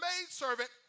maidservant